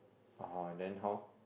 oh then how